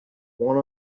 one